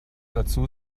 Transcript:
dazu